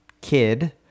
kid